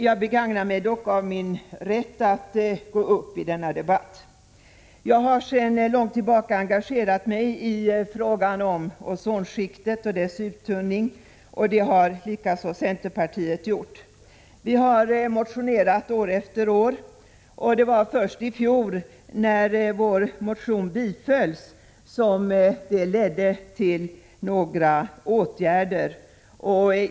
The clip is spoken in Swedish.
Jag begagnar mig dock av min rätt att gå upp i denna debatt. Jag har sedan lång tid tillbaka engagerat mig i frågan om ozonskiktet och dess uttunning, vilket också centerpartiet i dess helhet har gjort. Vi har motionerat år efter år, men först i fjol, när vår motion bifölls, ledde detta till några åtgärder.